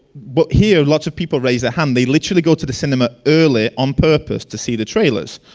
but here lots of people raised a hand they literally go to the cinema early on purpose to see the trailers,